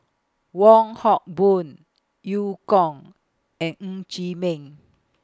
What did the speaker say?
Wong Hock Boon EU Kong and Ng Chee Meng